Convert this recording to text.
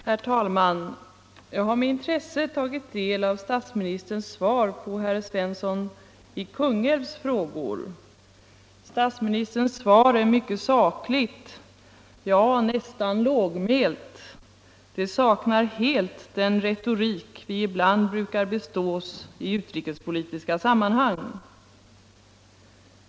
Herr talman! Jag har med intresse tagit del av statsministerns svar på herr Svenssons i Kungälv frågor. Statsministerns svar är mycket sakligt, ja nästan lågmält. Det saknar helt den retorik vi ibland brukar bestås i utrikespolitiska sammanhang.